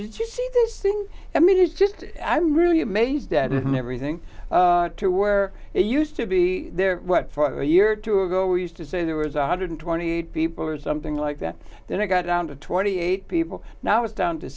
thing i mean it's just i'm really amazed at everything to where it used to be there for a year or two ago we used to say there was a one hundred and twenty eight people or something like that then it got down to twenty eight people now it's down to